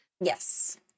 Yes